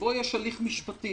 שבו יש הליך משפטי